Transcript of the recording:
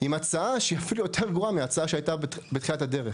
עם הצעה שהיא אפילו יותר גרועה מההצעה שהייתה בתחילת הדרך.